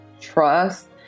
trust